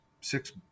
six